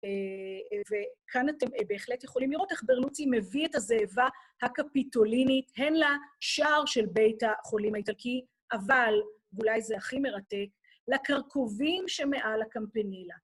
אה... ו... כאן אתם בהחלט יכולים לראות איך ברלוצי מביא את הזאבה הקפיטולינית, אל השער של בית החולים האיטלקי. אבל, ואולי זה הכי מרתק, לקרקובים שמעל הקמפנילה.